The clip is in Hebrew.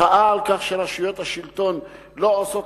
מחאה על כך שרשויות השלטון לא עושות